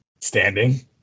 standing